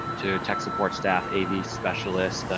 to tech support staff, av specialists,